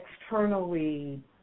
externally